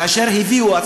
כאשר הביאו,